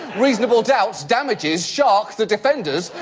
reasonable doubts, damages, shark, the defenders,